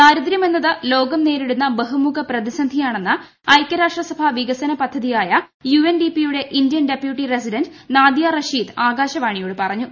ദാരിദ്ര്യം എന്നത് ലോകംനേരിടുന്ന ബഹുമുഖപ്രതിസന്ധിയാണെന്ന് ഐകൃരാഷ്ട്രസഭ വികസനപദ്ധതിയായ യുഎൻഡിപിയുടെ Indian deputy resident Nadia Rasheed ആകാശവാണിയോട് പറഞ്ഞു